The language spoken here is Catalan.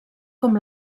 com